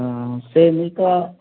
हा सेमि का